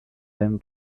them